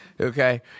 okay